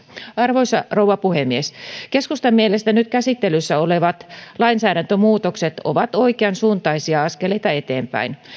arvoisa rouva puhemies keskustan mielestä nyt käsittelyssä olevat lainsäädäntömuutokset ovat oikeansuuntaisia askeleita eteenpäin